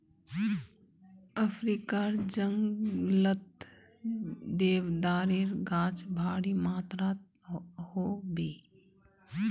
अफ्रीकार जंगलत देवदारेर गाछ भारी मात्रात ह बे